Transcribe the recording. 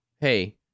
hey